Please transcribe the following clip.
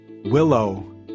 Willow